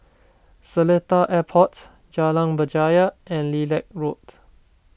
Seletar Airport Jalan Berjaya and Lilac Road